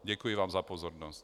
Děkuji vám za pozornost.